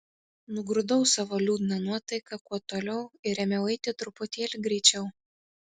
nugrūdau savo liūdną nuotaiką kuo toliau ir ėmiau eiti truputėlį greičiau